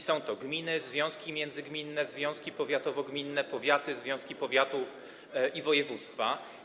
Są to gminy, związki międzygminne, związki powiatowo-gminne, powiaty, związki powiatów i województwa.